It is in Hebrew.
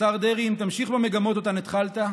השר דרעי: אם תמשיך במגמות שאותן התחלת,